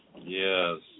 Yes